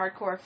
hardcore